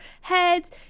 heads